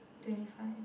twenty five